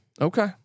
Okay